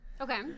okay